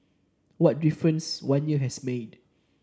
what a difference one year has made